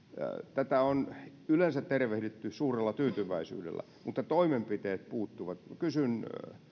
tätä on yleensä tervehditty suurella tyytyväisyydellä mutta toimenpiteet puuttuvat kysyn